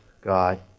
God